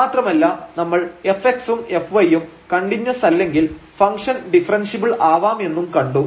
മാത്രമല്ല നമ്മൾ fx ഉം fy ഉം കണ്ടിന്യൂസ് അല്ലെങ്കിൽ ഫംഗ്ഷൻ ഡിഫറെൻഷ്യബിൾ ആവാം എന്നും കണ്ടു